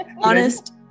honest